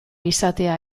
izatea